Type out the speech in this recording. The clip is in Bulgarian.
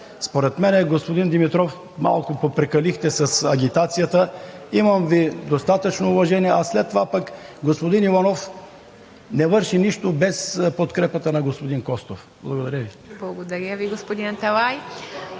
според мен, господин Димитров, малко попрекалихте с агитацията. Имам Ви достатъчно уважение. А след това, господин Иванов не върши нищо без подкрепата на господин Костов. Благодаря Ви. ПРЕДСЕДАТЕЛ ИВА МИТЕВА: